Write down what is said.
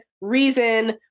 reason